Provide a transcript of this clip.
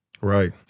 Right